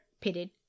pitted